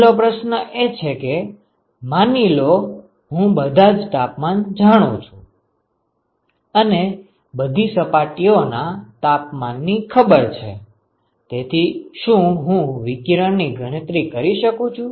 પહેલો પ્રશ્ન એ છે કે માની લો હું બધા જ તાપમાન જાણું છુ અને બધી સપાટીઓના તાપમાન ની ખબર છે તેથી શું હું વિકિરણ ની ગણતરી કરી શકું